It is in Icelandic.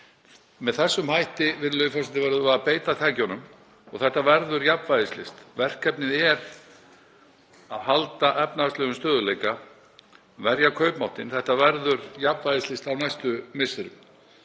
Með þessum hætti, virðulegi forseti, verðum við að beita tækjunum og þetta verður jafnvægislist. Verkefnið er að halda efnahagslegum stöðugleika, verja kaupmáttinn. Þetta verður jafnvægislist á næstu misserum.